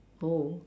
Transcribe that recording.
oh